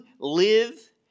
live